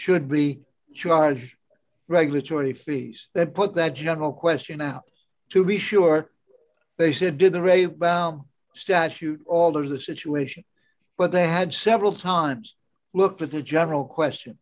should be charge regulatory fees that put that general question out to be sure they said did the rave bomb statute all or the situation but they had several times looked at the general question